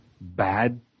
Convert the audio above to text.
bad